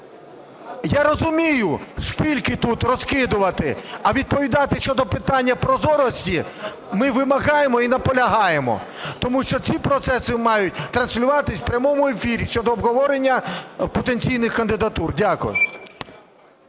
Я розумію, скільки тут розкидати, а відповідати щодо питання прозорості ми вимагаємо і наполягаємо, тому що ці процеси мають транслюватись в прямому ефірі щодо обговорення потенційних кандидатур. Дякую.